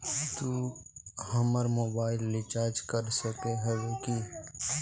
तू हमर mobile recharge कर सके होबे की?